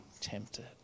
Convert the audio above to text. tempted